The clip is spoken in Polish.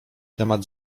temat